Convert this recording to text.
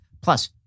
plus